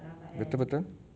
betul betul